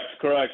correct